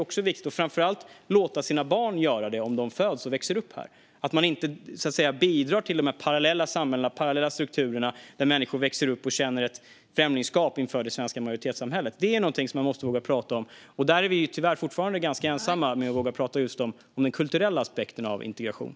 Framför allt är det viktigt att man låter sina barn göra det om de föds och växer upp här så att man inte bidrar till de parallella samhällen och strukturer där människor växer upp och känner främlingskap inför det svenska majoritetssamhället. Det är någonting som vi måste våga prata om. Vi är tyvärr fortfarande ganska ensamma om att våga prata om den kulturella aspekten av integration.